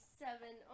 seven